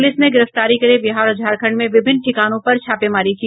police ने गिरफ्तारी के लिये बिहार और झारखंड में विभिन्न ठिकानों पर छापेमारी की